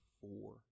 four